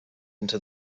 into